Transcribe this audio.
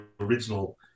original